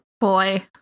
Boy